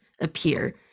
appear